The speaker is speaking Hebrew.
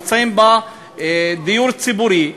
נמצאים בדיור ציבורי.